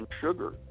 sugar